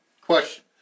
Question